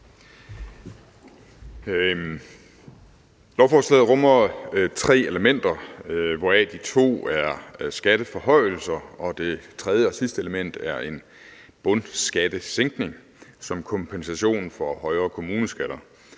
Lovforslaget rummer tre elementer, hvoraf de to er skatteforhøjelser og det tredje og sidste element er en bundskattesænkning som kompensation for højere kommuneskatter.